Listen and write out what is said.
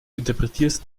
interpretierst